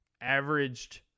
averaged